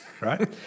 right